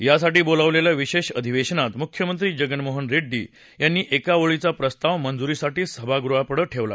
यासाठी बोलावलेल्या विशेष अधिवेशनात मुख्यमंत्री जगन मोहन रेड्डी यांनी एका ओळीचा प्रस्ताव मंजुरीसाठी सभागृहापुढं ठेवला